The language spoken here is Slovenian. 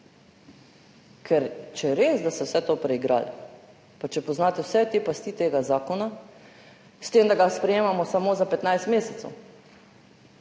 Ker če je res, da ste vse to preigrali, pa če poznate vse te pasti tega zakona – s tem, da ga sprejemamo samo za 15 mesecev,